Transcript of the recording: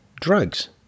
drugs